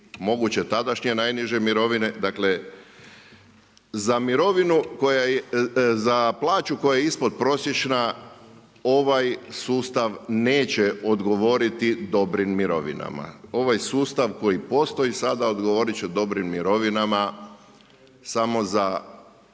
moguće tadašnje najniže mirovine, dakle za plaću koja je ispod prosječna ovaj sustav neće odgovoriti dobrim mirovinama. Ovaj sustav koji postoji sada odgovorit će dobrim mirovinama samo za,